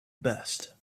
best